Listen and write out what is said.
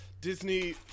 Disney